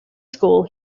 school